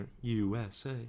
USA